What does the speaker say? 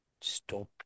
stop